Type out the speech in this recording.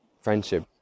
friendship